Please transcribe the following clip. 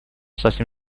совсем